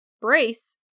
brace